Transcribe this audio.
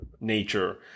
nature